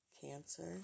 Cancer